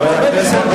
אתה עושה לי חידון?